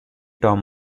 tom